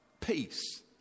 peace